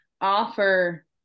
offer